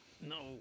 No